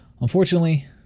unfortunately